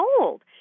old